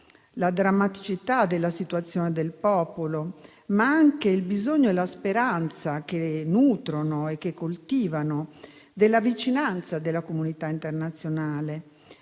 la drammaticità della situazione del popolo, ma anche il bisogno e la speranza, che nutrono e che coltivano, della vicinanza della comunità internazionale.